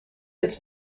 its